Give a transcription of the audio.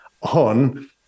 on